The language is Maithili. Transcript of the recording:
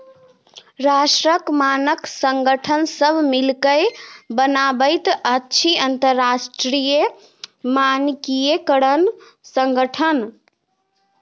राष्ट्रक मानक संगठन सभ मिलिकए बनाबैत अछि अंतरराष्ट्रीय मानकीकरण संगठन